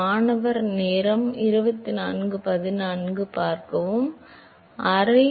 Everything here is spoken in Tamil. இது பிசுபிசுப்பு சக்திகளின் மீது செயலற்ற விகிதமாகும்